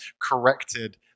corrected